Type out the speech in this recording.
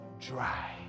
dry